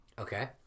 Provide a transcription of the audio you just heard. Okay